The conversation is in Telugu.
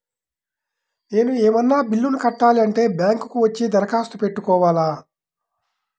నేను ఏమన్నా బిల్లును కట్టాలి అంటే బ్యాంకు కు వచ్చి దరఖాస్తు పెట్టుకోవాలా?